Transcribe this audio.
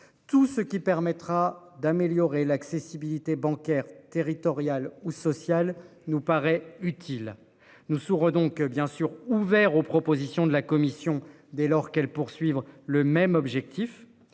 tout ce qui permettra d'améliorer l'accessibilité bancaire territoriales ou sociales nous paraît utile nous sourds donc bien sûr ouvert aux propositions de la commission, dès lors qu'elle poursuivre le même objectif.